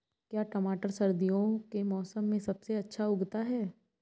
क्या टमाटर सर्दियों के मौसम में सबसे अच्छा उगता है?